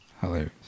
Hilarious